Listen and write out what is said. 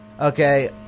Okay